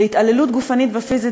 התעללות גופנית ופיזית,